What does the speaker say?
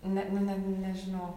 ne nu net nežinau